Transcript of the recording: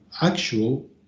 actual